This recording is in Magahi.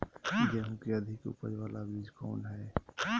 गेंहू की अधिक उपज बाला बीज कौन हैं?